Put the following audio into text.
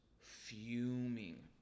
fuming